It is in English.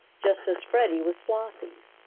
just as freddie was flossie's.